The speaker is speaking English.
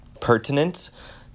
pertinent